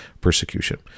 persecution